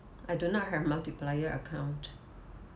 I do not have multiplier account